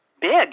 big